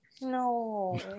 No